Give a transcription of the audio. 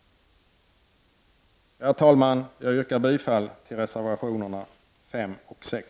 Herr talman! Jag yrkar bifall till reservationerna 5 och 6.